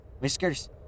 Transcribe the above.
Whiskers